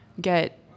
get